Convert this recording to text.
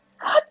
God